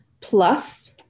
plus